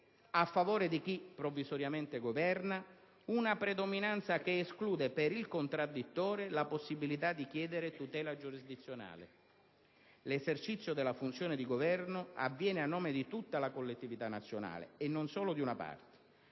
a favore di chi, provvisoriamente, governa - una predominanza che esclude, per il contraddittore, la possibilità di chiedere tutela giurisdizionale. L'esercizio della funzione di governo avviene a nome di tutta la collettività nazionale, e non solo di una parte.